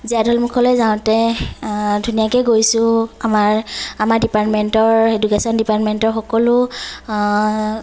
জীয়াঢলমুখলে যাওঁতে ধুনীয়াকৈ গৈছো আমাৰ আমাৰ ডিপাৰ্টমেণ্টৰ এডুকেচন ডিপাৰ্টমেণ্টৰ সকলো